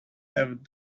have